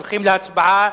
הולכים להצבעה.